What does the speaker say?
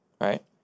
right